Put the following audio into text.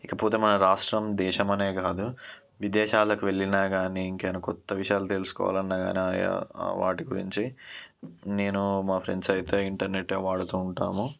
ఇకపోతే మన రాష్ట్రం దేశం అనే కాదు విదేశాలకు వెళ్లినా కాని ఇంకేమన్నా కొత్త విషయాలు తెలుసుకోవాలన్న కాని వాటి గురించి నేను మా ఫ్రెండ్స్ అయితే ఇంటర్నెట్ వాడుతూ ఉంటాము